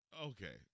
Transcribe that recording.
okay